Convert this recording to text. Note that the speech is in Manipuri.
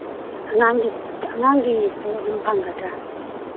ꯑꯉꯥꯡꯒꯤ ꯑꯉꯥꯡꯒꯤꯗꯣ ꯑꯗꯨꯝ ꯐꯪꯒꯗ꯭ꯔꯥ